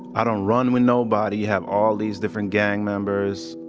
i don't run with nobody. you have all these different gang members,